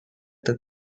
the